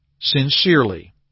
sincerely